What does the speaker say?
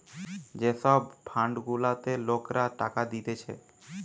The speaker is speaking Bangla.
যে সব ফান্ড গুলাতে লোকরা টাকা দিতেছে